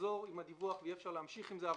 ויחזור עם הדיווח ואפשר יהיה להמשיך עבודה,